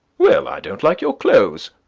well, i don't like your clothes.